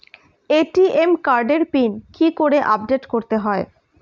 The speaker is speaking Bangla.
এ.টি.এম কার্ডের পিন কি করে আপডেট করতে হয়?